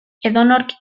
edonork